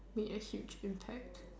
made a huge impact